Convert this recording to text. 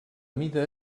mida